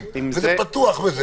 או איך שלא יקראו לזה,